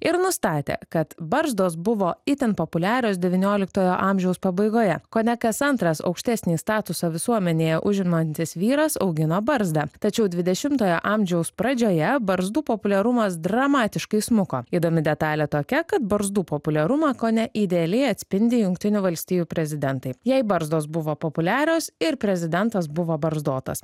ir nustatė kad barzdos buvo itin populiarios devynioliktojo amžiaus pabaigoje kone kas antras aukštesnį statusą visuomenėje užimantis vyras augino barzdą tačiau dvidešimtojo amžiaus pradžioje barzdų populiarumas dramatiškai smuko įdomi detalė tokia kad barzdų populiarumą kone idealiai atspindi jungtinių valstijų prezidentai jei barzdos buvo populiarios ir prezidentas buvo barzdotas